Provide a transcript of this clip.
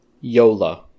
YOLA